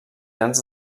grans